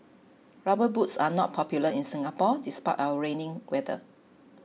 rubber boots are not popular in Singapore despite our rainy weather